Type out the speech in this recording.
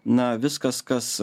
na viskas kas